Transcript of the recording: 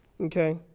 Okay